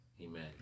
amen